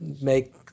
make